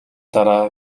дараа